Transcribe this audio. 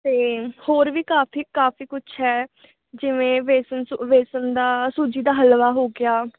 ਅਤੇ ਹੋਰ ਵੀ ਕਾਫ਼ੀ ਕਾਫ਼ੀ ਕੁਛ ਹੈ ਜਿਵੇਂ ਬੇਸਨ ਸੂ ਬੇਸਨ ਦਾ ਸੂਜੀ ਦਾ ਹਲਵਾ ਹੋ ਗਿਆ